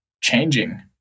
changing